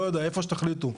לא יודע - איפה שתחליטו.